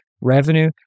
Revenue